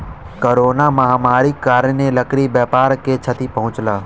corona महामारीक कारणेँ लकड़ी व्यापार के क्षति पहुँचल